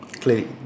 Clearly